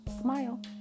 Smile